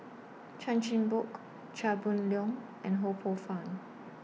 Chan Chin Bock Chia Boon Leong and Ho Poh Fun